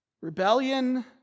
Rebellion